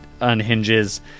unhinges